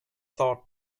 thought